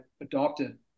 adopted